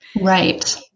Right